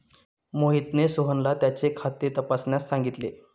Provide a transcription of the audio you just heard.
मोहितने सोहनला त्याचे खाते तपासण्यास सांगितले